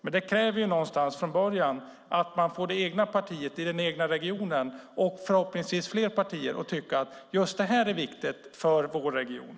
Men det kräver att man får det egna partiet i den egna regionen och förhoppningsvis fler partier att tycka att just detta är viktigt för vår region.